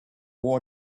war